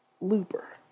Looper